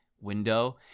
window